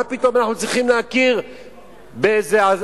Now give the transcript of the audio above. מה פתאום אנחנו צריכים להכיר באיזה אחד